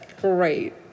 great